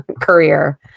career